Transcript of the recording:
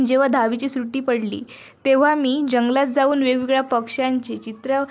जेव्हा दहावीची सुट्टी पडली तेव्हा मी जंगलात जाऊन वेगवेगळ्या पक्ष्यांची चित्रं